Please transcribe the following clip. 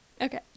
Okay